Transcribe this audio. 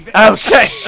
Okay